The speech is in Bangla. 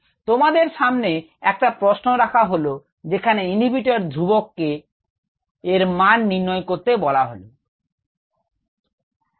তোমাদের সামনে একটা প্রশ্ন রাখা হলো যেখানে ইনহিবিটার ধ্রুবক এর মান নির্ণয় করতে বলা হলো